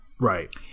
Right